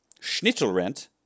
Schnitzelrent